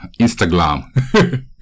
Instagram